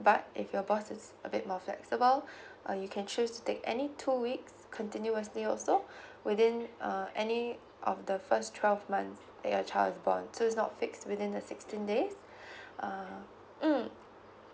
but if your boss is a bit more flexible uh you can choose to take any two weeks continuously also within uh any of the first twelve months that your child is born so it's not fixed within the sixteen days uh mm